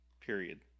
period